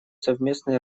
совместной